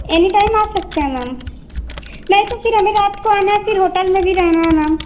any time आ सकते हैं मैम नहीं तो फिर हमें रात को आना है फिर होटल में भी रहना है मैम